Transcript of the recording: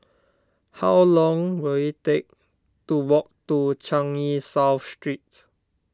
how long will it take to walk to Changi South Street